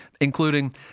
including